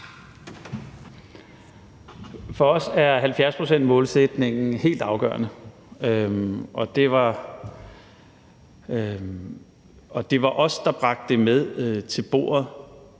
For os er 70-procentsmålsætningen helt afgørende. Det var os, der bragte det til bordet